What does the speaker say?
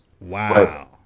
Wow